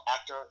actor